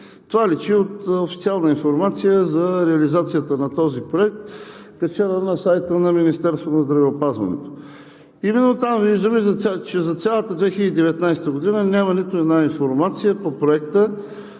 Това личи от официална информация за реализацията на този проект, качена на сайта на Министерството на здравеопазването. Именно там виждаме, че за цялата 2019 г. няма нито една информация по Проекта,